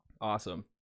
awesome